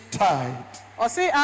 tide